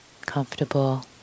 comfortable